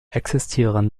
existieren